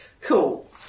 Cool